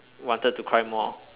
wanted to cry more